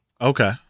Okay